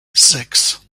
six